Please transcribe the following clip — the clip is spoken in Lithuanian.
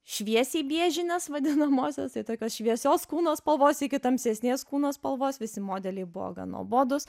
šviesiai biežinės vadinamosios tai tokios šviesios kūno spalvos iki tamsesnės kūno spalvos visi modeliai buvo gan nuobodūs